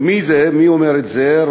ומי אומר את זה?